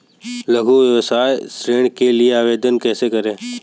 लघु व्यवसाय ऋण के लिए आवेदन कैसे करें?